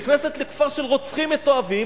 נכנסת לכפר של רוצחים מתועבים,